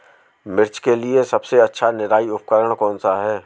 मिर्च के लिए सबसे अच्छा निराई उपकरण कौनसा है?